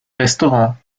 restaurant